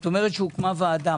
את אומרת שהוקמה ועדה.